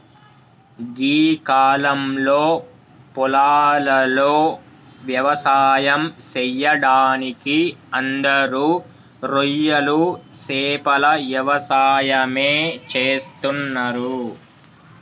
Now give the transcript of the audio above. గీ కాలంలో పొలాలలో వ్యవసాయం సెయ్యడానికి అందరూ రొయ్యలు సేపల యవసాయమే చేస్తున్నరు